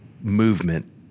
movement